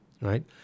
right